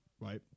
right